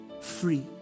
free